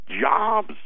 Jobs